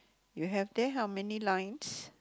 you have there how many lines